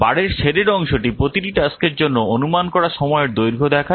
বারের শেডেড অংশটি প্রতিটি টাস্কের জন্য অনুমান করা সময়ের দৈর্ঘ্য দেখায়